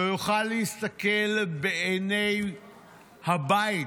לא יוכל להסתכל בעיני הבית,